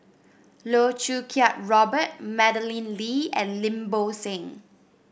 Loh Choo Kiat Robert Madeleine Lee and Lim Bo Seng